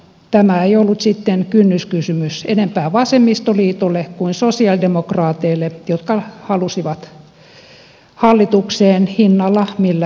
tämä ei ollut sitten kynnyskysymys enempää vasemmistoliitolle kuin sosialidemokraateille jotka halusivat hallitukseen hinnalla millä hyvänsä